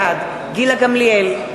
בעד גילה גמליאל,